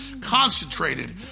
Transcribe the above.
Concentrated